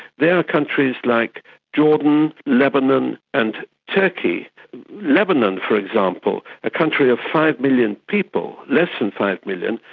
they are countries like jordan, lebanon and turkey lebanon, for example, a country of five million people, less than five million,